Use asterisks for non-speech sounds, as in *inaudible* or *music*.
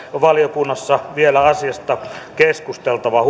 valiokunnassa on vielä asiasta keskusteltava *unintelligible*